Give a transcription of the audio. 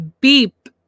beep